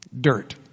dirt